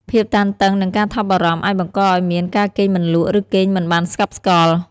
ភាពតានតឹង និងការថប់បារម្ភអាចបង្កឲ្យមាន ការគេងមិនលក់ ឬគេងមិនបានស្កប់ស្កល់។